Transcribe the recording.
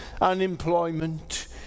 unemployment